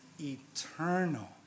eternal